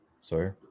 Sorry